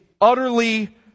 utterly